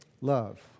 love